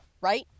right